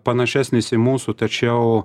panašesnis į mūsų tačiau